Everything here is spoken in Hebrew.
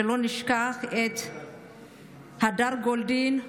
שלא נשכח את הדר גולדין,